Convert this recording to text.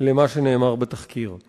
לסדר-היום שמספרן 99, 101, 105, 108